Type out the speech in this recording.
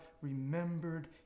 remembered